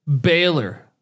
Baylor